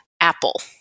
Apple